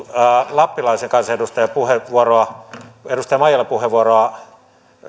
lappilaisen kansanedustajan edustaja maijalan puheenvuoroa